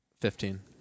Fifteen